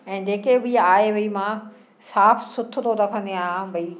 ऐं जेके बि आए वई मां साफ़ु सुथरो रखंदी आहियां भई